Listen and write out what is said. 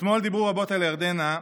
אתמול דיברו רבות על ירדנה,